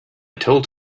told